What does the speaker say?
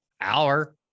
hour